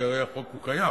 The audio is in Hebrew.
כי הרי החוק קיים,